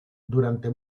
durante